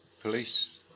police